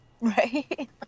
right